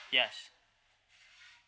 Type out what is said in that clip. yes